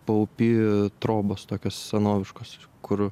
paupy trobos tokios senoviškos kur